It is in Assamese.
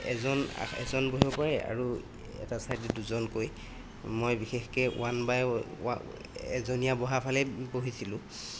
এজন এজন বহিব পাৰে আৰু এটা ছাইডে দুজনকৈ মই বিশেষকৈ ওৱান বাই এজনীয়া বহা ফালেই বহিছিলোঁ